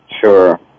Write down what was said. Sure